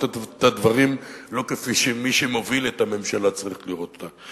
את הדברים לא כפי שמי שמוביל את הממשלה צריך לראות אותם.